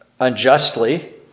Unjustly